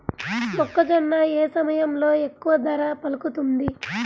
మొక్కజొన్న ఏ సమయంలో ఎక్కువ ధర పలుకుతుంది?